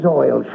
oil